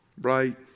Right